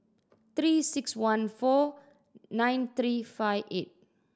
Three Six One four nine three five eight